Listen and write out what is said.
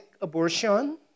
abortion